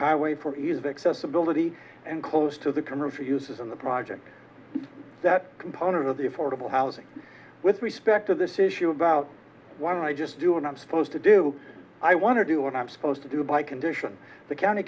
highway for use accessibility and close to the commercial uses in the project that component of the affordable housing with respect to this issue about what i just do what i'm supposed to do i want to do what i'm supposed to do by condition the county